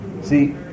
See